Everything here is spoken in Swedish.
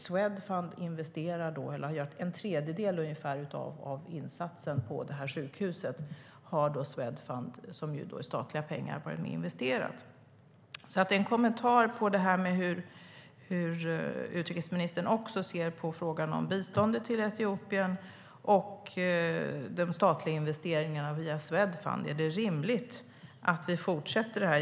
Swedfund investerar ungefär en tredjedel av insatsen på det här sjukhuset, och det är som sagt statliga pengar. Hur ser utrikesministern på frågan om biståndet till Etiopien och de statliga investeringarna via Swedfund? Är det rimligt att vi fortsätter så här?